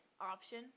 option